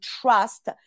trust